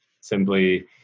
simply